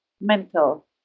mental